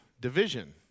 division